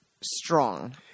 strong